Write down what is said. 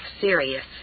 serious